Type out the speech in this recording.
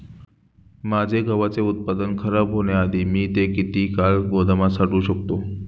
माझे गव्हाचे उत्पादन खराब होण्याआधी मी ते किती काळ गोदामात साठवू शकतो?